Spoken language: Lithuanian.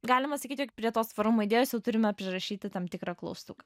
galima sakyti jog prie tos tvarumo idėjos jau turime prirašyti tam tikrą klaustuką